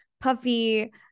puffy